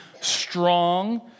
strong